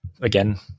again